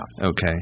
Okay